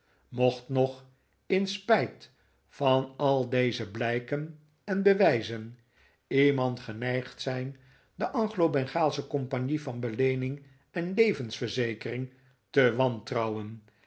mocht nog in spijt van al deze blijken en bewijzen iemand geneigd zijn de anglobengaalsche compagnie van beleening en levensverzekering te wantrouwen